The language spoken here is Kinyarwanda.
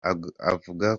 avuga